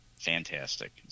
Fantastic